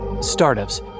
Startups